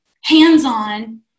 hands-on